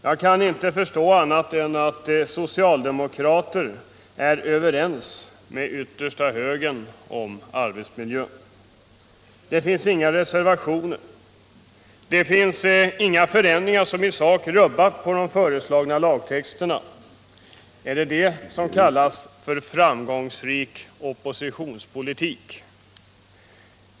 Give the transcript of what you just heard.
Jag kan inte förstå annat än att socialdemokrater är överens med yttersta högern om arbetsmiljön. Det finns inga reservationer. Det har inte gjorts några förändringar som i sak rubbat på de föreslagna lagtexterna. Är det detta som kallas för framgångsrik oppositionspolitik?